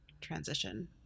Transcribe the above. transition